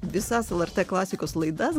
visas lrt klasikos laidas